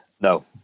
no